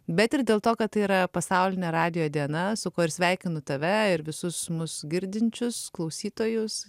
bet ir dėl to kad tai yra pasaulinė radijo diena su kuo ir sveikinu tave ir visus mus girdinčius klausytojus